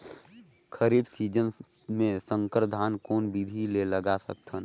खरीफ season मे संकर धान कोन विधि ले लगा सकथन?